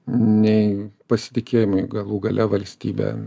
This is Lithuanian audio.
nei pasitikėjimui galų gale valstybe